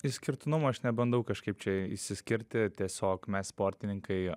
išskirtinumo aš nebandau kažkaip čia išsiskirti tiesiog mes sportininkai